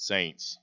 Saints